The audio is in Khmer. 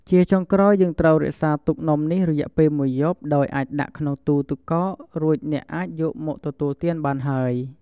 ជាចុងក្រោយ យើងត្រូវរក្សាទុកនំនេះរយៈពេលមួយយប់ ដោយអាចដាក់ក្នុងទូរទឹកកក រួចអ្នកអាចយមមកទទួលទានបានហើយ។